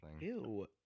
Ew